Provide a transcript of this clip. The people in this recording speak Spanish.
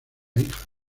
hija